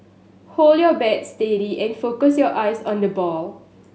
hold your bat steady and focus your eyes on the ball